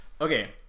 okay